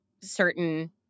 certain